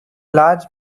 large